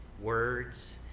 words